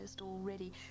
already